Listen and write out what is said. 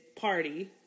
Party